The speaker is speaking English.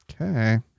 Okay